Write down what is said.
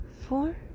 four